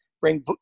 bring